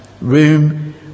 room